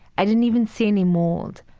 i didn't even see any mold.